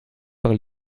par